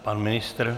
Pan ministr?